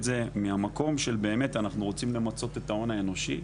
זה מהמקום שאנחנו רוצים למצות את ההון האנושי,